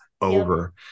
over